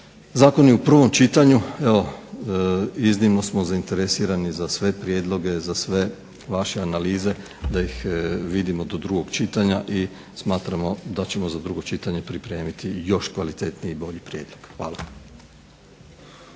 Zakon je u prvom čitanju, evo iznimno smo zainteresirani za sve prijedloge, za sve vaše analize da ih vidimo do drugog čitanja i smatramo da ćemo za drugo čitanje pripremiti još kvalitetniji i bolji prijedlog. Hvala.